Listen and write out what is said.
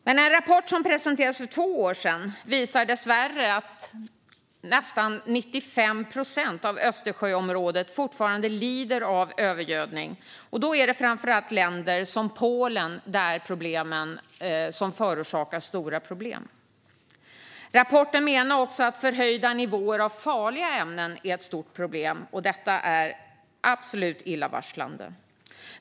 Men en rapport som presenterades för två år sedan visade dessvärre att nästan 95 procent av Östersjöområdet fortfarande lider av övergödning. Det är framför allt länder som Polen som förorsakar stora problem. Rapporten menar också att förhöjda nivåer av farliga ämnen är ett stort problem. Detta är absolut illavarslande.